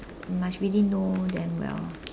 must really know them well